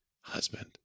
husband